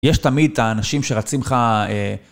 יש תמיד האנשים שרצים לך...